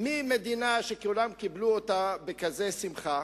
ממדינה שכולם קיבלו אותה בכזו שמחה,